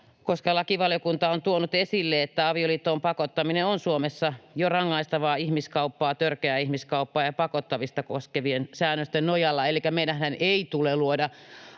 koska lakivaliokunta on tuonut esille, että avioliittoon pakottaminen on Suomessa jo rangaistavaa — ihmiskauppaa, törkeää ihmiskauppaa ja pakottamista koskevien säännösten nojalla. Elikkä meidänhän ei tule luoda